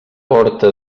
horta